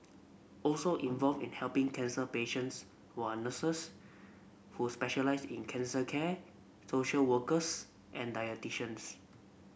also involved in helping cancer patients were a nurses who specialise in cancer care social workers and dietitians